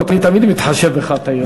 אני תמיד מתחשב בך, אתה יודע.